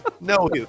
No